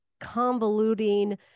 convoluting